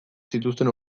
zituzten